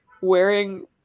wearing